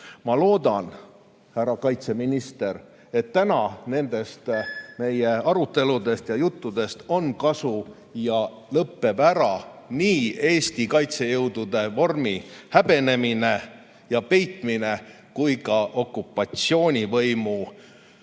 Ma loodan, härra kaitseminister, et tänastest aruteludest ja juttudest on kasu ja lõpeb ära nii Eesti kaitsejõudude vormi häbenemine ja peitmine kui ka okupatsioonivõimu